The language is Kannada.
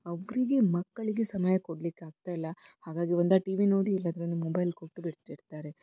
ಅವರಿಗೆ ಮಕ್ಕಳಿಗೆ ಸಮಯ ಕೊಡಲಿಕ್ಕೆ ಆಗ್ತಾ ಇಲ್ಲ ಹಾಗಾಗಿ ಒಂದಾ ಟಿ ವಿ ನೋಡಿ ಇಲ್ಲಾದರೆ ಮೊಬೈಲ್ ಕೊಟ್ಟು ಬಿಟ್ಟಿರ್ತಾರೆ